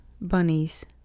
Bunnies